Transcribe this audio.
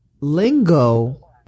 lingo